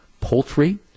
poultry